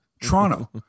Toronto